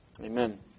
Amen